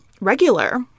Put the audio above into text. regular